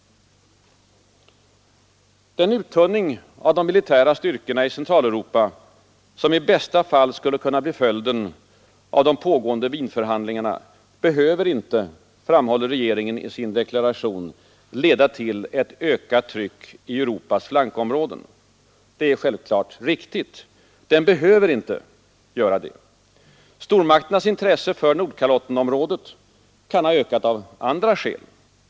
Den uttunning av de militära styrkorna i Centraleuropa som i bästa fall skulle kunna bli följden av de pågående Wienförhandlingarna behöver inte, framhåller regeringen i sin deklaration, leda till ”ett ökat tryck i Europas flankområden”. Detta är självfallet riktigt. Den behöver inte göra det. Stormakternas intresse för Nordkalottenområdet kan ha ökat av andra skäl.